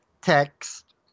text